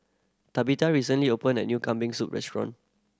Tabitha recently opened a new Kambing Soup restaurant